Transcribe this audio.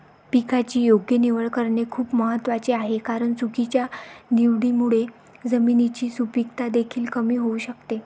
पिकाची योग्य निवड करणे खूप महत्वाचे आहे कारण चुकीच्या निवडीमुळे जमिनीची सुपीकता देखील कमी होऊ शकते